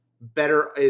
better